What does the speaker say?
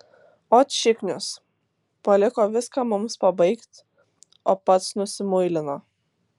ot šiknius paliko viską mums pabaigt o pats nusimuilino